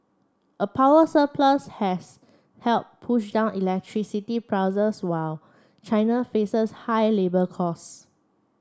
a power surplus has helped push down electricity prices while China faces higher labour costs